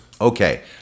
Okay